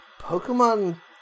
Pokemon